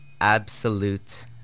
Absolute